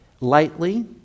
lightly